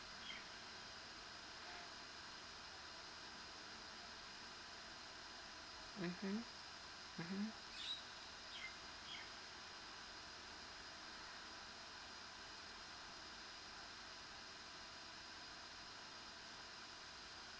mmhmm